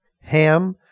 ham